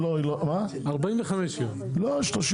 תוכל לטפל